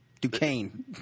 Duquesne